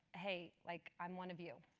hey, like i'm one of you.